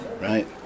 right